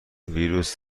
ویروس